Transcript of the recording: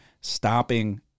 stopping